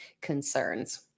concerns